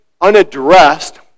unaddressed